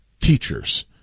teachers